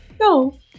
No